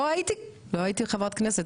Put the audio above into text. לא הייתי חברת כנסת,